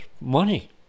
money